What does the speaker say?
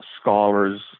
scholars